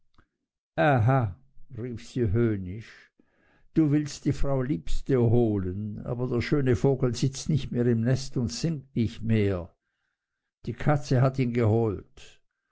rief sie höhnisch du willst die frau liebste holen aber der schöne vogel sitzt nicht mehr im nest und singt nicht mehr die katze hat ihn geholt